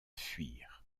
fuir